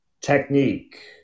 technique